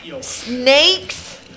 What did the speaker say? snakes